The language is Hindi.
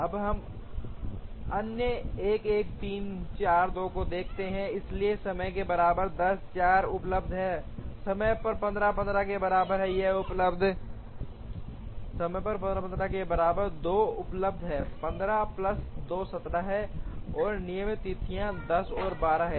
अब हम अन्य 1 1 3 4 2 को देखते हैं इसलिए समय के बराबर 10 4 उपलब्ध है समय पर 15 15 के बराबर 2 उपलब्ध है 15 प्लस 2 17 है और नियत तिथियां 10 और 12 हैं